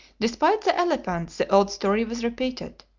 despite the elephants the old story was repeated,